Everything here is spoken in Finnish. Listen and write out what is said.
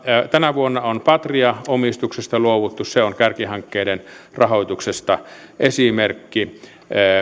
tänä vuonna on patria omistuksesta luovuttu se on kärkihankkeiden rahoituksesta esimerkki